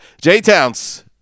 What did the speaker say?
J-Town's